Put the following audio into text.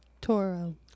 Toro